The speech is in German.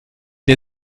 der